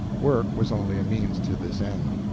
work was only a means to this end.